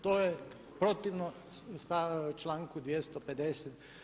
To je protivno članku 250.